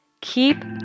Keep